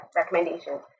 recommendations